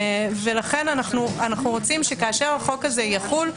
לכן אנו רוצים שכאשר החוק הזה יחול,